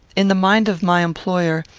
in the mind of my employer,